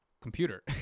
computer